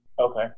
Okay